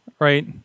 Right